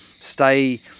stay